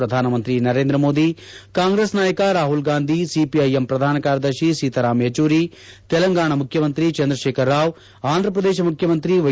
ಶ್ರಧಾನಮಂತ್ರಿ ನರೇಂದ್ರ ಮೋದಿ ಕಾಂಗ್ರೆಸ್ ನಾಯಕ ರಾಹುಲ್ ಗಾಂಧಿ ಸಿಪಿಐಎಂ ಶ್ರಧಾನ ಕಾರ್ಯದರ್ಶಿ ಸೀತಾರಾಮ್ ಯೆಚುರಿ ತೆಲಂಗಾಣ ಮುಖ್ಚಮಂತ್ರಿ ಚಂದ್ರಶೇಖರ ರಾವ್ ಆಂಧ್ರಪ್ರದೇಶ ಮುಖ್ಚಮಂತ್ರಿ ವ್ಲೆ